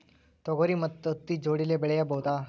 ತೊಗರಿ ಮತ್ತು ಹತ್ತಿ ಜೋಡಿಲೇ ಬೆಳೆಯಬಹುದಾ?